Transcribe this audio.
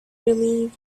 relieved